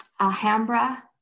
Alhambra